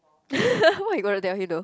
what you gonna tell him though